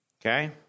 Okay